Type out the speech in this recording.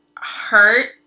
hurt